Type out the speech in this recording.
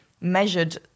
measured